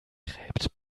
gräbt